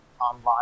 online